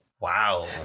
Wow